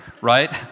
right